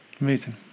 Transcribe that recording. Amazing